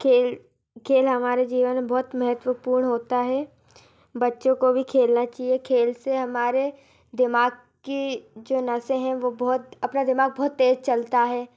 खेल खेल हमारे जीवन में बहुत महत्वपूर्ण होता है बच्चों को भी खेलना चाहिए खेल से हमारे दिमाग़ के जो नसें हैं वो बहुत अपना दिमाग़ बहुत तेज़ चलता है